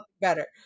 better